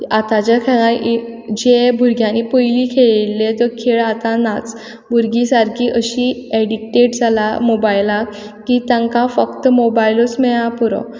आतांच्या खेळा जें भुरग्यांनी पयलीं खेळिल्ली तो खेळ आतां नाच भुरगीं सारकीं अशीं एडिक्टेड जालां मोबायलाक की तांकां फक्त मोबायलूच मेयळा पुरो